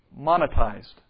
monetized